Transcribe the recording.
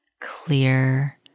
clear